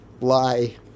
lie